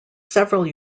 several